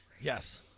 Yes